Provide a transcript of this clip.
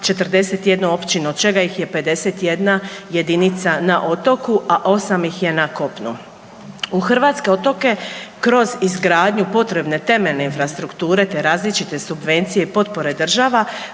41 općinu od čega ih je 51 jedinica na otoku, a osam ih je na kopnu. U hrvatske otoke kroz izgradnju potrebne temeljne infrastrukture te različite subvencije i potpore država,